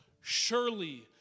surely